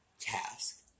task